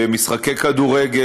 במשחקי כדורגל,